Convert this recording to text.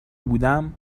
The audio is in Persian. بودم